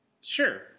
Sure